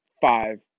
five